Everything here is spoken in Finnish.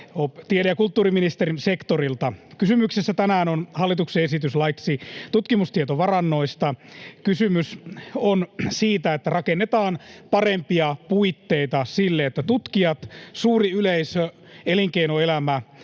tiede- ja kulttuuriministerin sektorilta. Kysymyksessä tänään on hallituksen esitys laiksi tutkimustietovarannosta. Kysymys on siitä, että rakennetaan parempia puitteita sille, että tutkijat, suuri yleisö, elinkeinoelämä